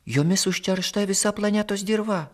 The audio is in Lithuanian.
jomis užteršta visa planetos dirva